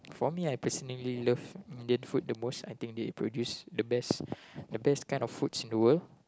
for me I personally love Indian food the most I think they produce the best the best kind of foods in the world